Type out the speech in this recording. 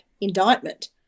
indictment